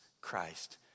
Christ